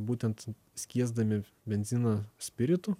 būtent skiesdami benziną spiritu